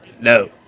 No